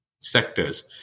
sectors